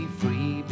free